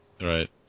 Right